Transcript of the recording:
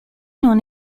non